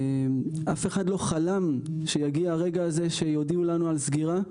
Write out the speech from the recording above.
אף אחד לא חלם שיגיע הרגע הזה שיודיעו לנו על סגירה.